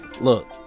Look